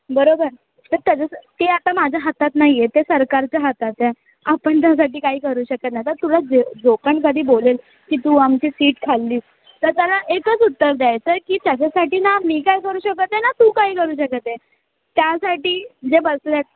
बरोबर तर त्याच्या ते आता माझ्या हातात नाही आहे ते सरकारच्या हातात आहे आपण त्यासाठी काही करू शकत नाही तर तुला जे जो पण कधी बोलेल की तू आमची सीट खाल्लीस तर त्याला एकच उत्तर द्यायचं की त्याच्यासाठी ना मी काही करू शकत आहे ना तू काही करू शकत आहे त्यासाठी जे बसले आहेत